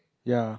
ya